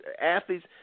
athletes